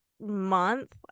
month